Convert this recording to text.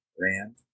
Rand